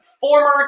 former